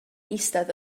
eistedd